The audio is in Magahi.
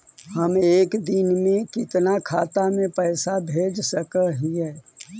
हम एक दिन में कितना खाता में पैसा भेज सक हिय?